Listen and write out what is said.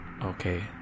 Okay